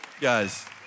Guys